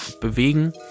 bewegen